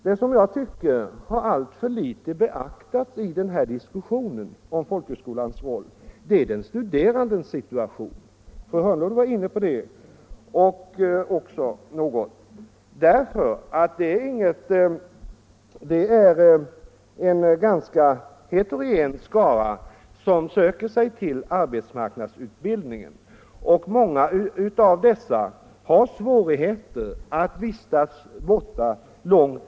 Det som jag tycker alltför litet har beaktats i diskussionen om folkhögskolans roll är den studerandes situation. Fru Hörnlund var något inne på den frågan. Det är nämligen en ganska heterogen skara som Nr 85 söker sig till arbetsmarknadsutbildningen, och för många är det svårt Onsdagen den att vistas långt borta från hemmet.